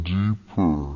deeper